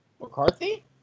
McCarthy